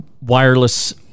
wireless